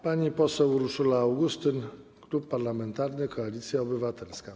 Pani poseł Urszula Augustyn, Klub Parlamentarny Koalicja Obywatelska.